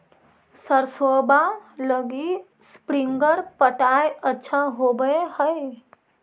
सरसोबा लगी स्प्रिंगर पटाय अच्छा होबै हकैय?